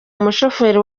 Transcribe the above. umushoferi